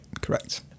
correct